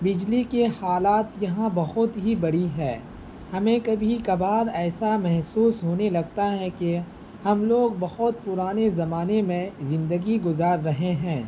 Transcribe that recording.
بجلی کے حالات یہاں بہت ہی بڑی ہے ہمیں کبھی کبھار ایسا محسوس ہونے لگتا ہے کہ ہم لوگ بہت پرانے زمانے میں زندگی گزار رہے ہیں